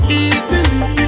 easily